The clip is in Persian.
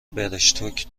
برشتوک